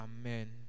amen